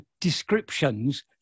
descriptions